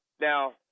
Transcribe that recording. Now